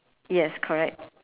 yes correct